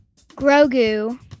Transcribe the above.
Grogu